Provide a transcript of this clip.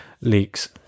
leaks